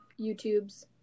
YouTubes